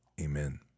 Amen